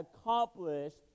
accomplished